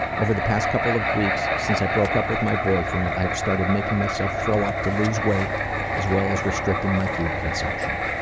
over the past couple of weeks since i broke up with my boyfriend i have started making myself throw up to lose weight as well as restricting my food consumption.